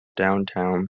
downtown